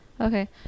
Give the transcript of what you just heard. Okay